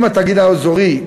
אם התאגיד האזורי,